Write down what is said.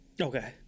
Okay